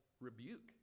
rebuke